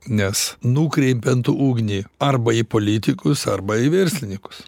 nes nukreipiant ugnį arba į politikus arba į verslinykus